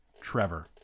Trevor